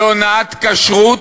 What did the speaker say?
להונאת כשרות,